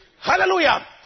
Hallelujah